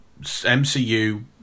MCU